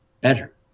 better